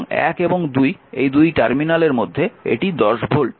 এবং 1 এবং 2 এই দুই টার্মিনালের মধ্যে এটি 10 ভোল্ট